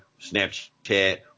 Snapchat